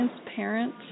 transparent